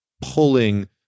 pulling